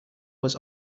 was